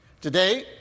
Today